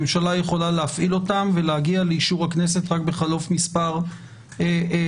הממשלה יכולה להפעיל אותן ולהגיע לאישור הכנסת רק בחלוף מספר ימים.